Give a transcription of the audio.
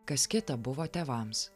kas kita buvo tėvams